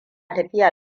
tafiya